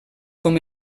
com